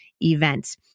events